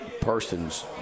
persons